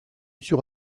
sur